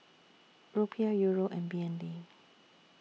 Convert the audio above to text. Rupiah Euro and B N D